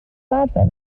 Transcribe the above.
arfer